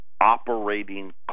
operating